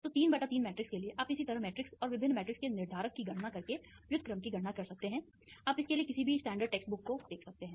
तो 3 बटा 3 मैट्रिक्स के लिए आप इसी तरह मैट्रिक्स और विभिन्न मैट्रिक्स के निर्धारक की गणना करके व्युत्क्रम की गणना कर सकते हैं आप इसके लिए किसी भी स्टैंडर टेक्स्ट बुक को देख सकते हैं